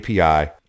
API